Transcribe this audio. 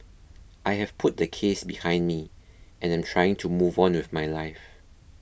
I have put the case behind me and am trying to move on with my life